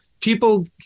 people